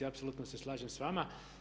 Apsolutno se slažem s vama.